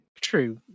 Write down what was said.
True